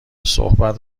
صحبت